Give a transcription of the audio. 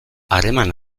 harreman